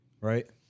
right